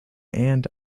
and